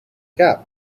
gap